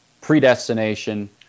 predestination